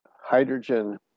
hydrogen